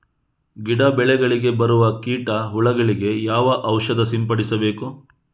ಗಿಡ, ಬೆಳೆಗಳಿಗೆ ಬರುವ ಕೀಟ, ಹುಳಗಳಿಗೆ ಯಾವ ಔಷಧ ಸಿಂಪಡಿಸಬೇಕು?